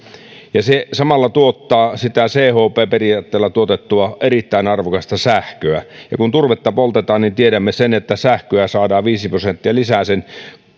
se samalla tuottaa sitä chp periaatteella tuotettua erittäin arvokasta sähköä ja kun turvetta poltetaan niin tiedämme sen että sähköä saadaan viisi prosenttia lisää sen